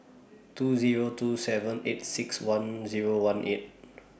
two Zero two seven eight six one Zero one eight